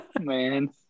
Man